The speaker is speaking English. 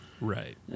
right